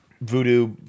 Voodoo